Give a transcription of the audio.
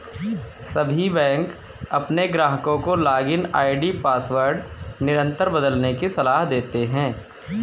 सभी बैंक अपने ग्राहकों को लॉगिन आई.डी पासवर्ड निरंतर बदलने की सलाह देते हैं